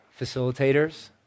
facilitators